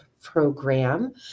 Program